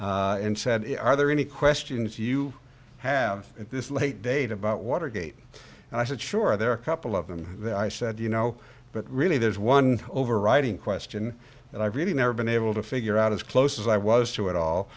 twelve and said are there any questions you have at this late date about watergate and i said sure there are a couple of them i said you know but really there's one overriding question that i've really never been able to figure out as close as i was to it all